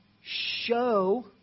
show